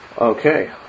Okay